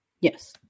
Yes